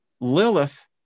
Lilith